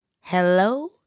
Hello